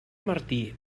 martí